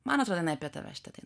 man atrodo jinai apie tave šita daina